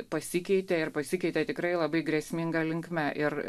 pasikeitė ir pasikeitė tikrai labai grėsminga linkme ir